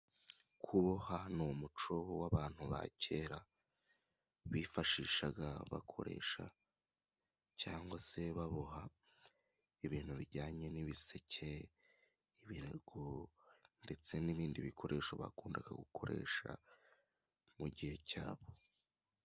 Kuboha ni umuco w'abantu ba kera. Bifashishaga bakoresha cyangwa se baboha ibintu bijyanye n'ibiseke, ibirago, ndetse n'ibindi bikoresho bakundaga gukoresha mu gihe cyabo.